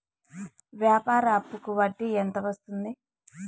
వ్యాపార అప్పుకి వడ్డీ ఎంత వస్తుంది?